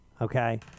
Okay